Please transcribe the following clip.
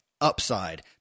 Upside